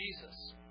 Jesus